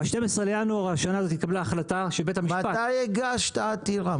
ב-12 בינואר השנה הזאת התקבלה החלטה שבית המשפט -- מתי הגשת עתירה?